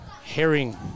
Herring